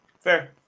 Fair